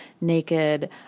naked